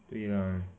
对 lah